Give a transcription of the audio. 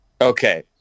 Okay